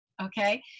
Okay